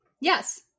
yes